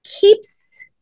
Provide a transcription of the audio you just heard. keeps